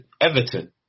Everton